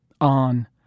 On